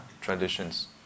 traditions